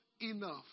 enough